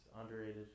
underrated